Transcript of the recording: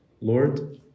Lord